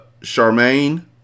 Charmaine